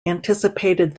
anticipated